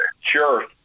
Sure